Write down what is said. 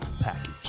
package